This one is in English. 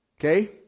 Okay